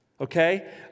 okay